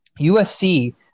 USC